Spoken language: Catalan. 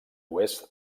oest